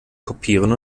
kopieren